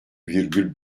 virgül